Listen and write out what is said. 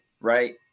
right